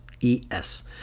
E-S